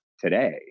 today